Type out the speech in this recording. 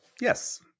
yes